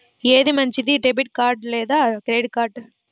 ఏది మంచిది, debit card లేదా క్రెడిట్ కార్డ్?